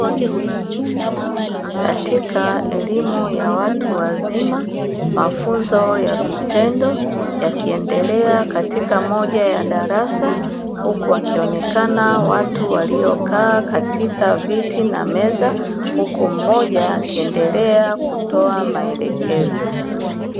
Katika elimu ya watu wazima mafunzo ya vitendo yakiendelea katika moja ya darasa, huku wakionekana watu waliokaa katika viti na meza huko mmoja akiendelea kutoa maelekezo.